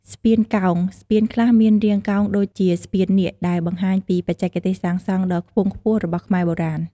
ស្ពានកោង ស្ពានខ្លះមានរាងកោងដូចជាស្ពាននាគ ដែលបង្ហាញពីបច្ចេកទេសសាងសង់ដ៏ខ្ពង់ខ្ពស់របស់ខ្មែរបុរាណ។